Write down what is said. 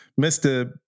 Mr